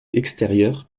extérieure